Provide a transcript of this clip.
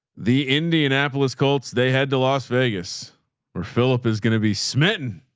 the indianapolis colts they had to las vegas or phillip is going to be smitten.